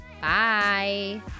Bye